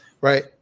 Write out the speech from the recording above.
right